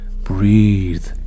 Breathe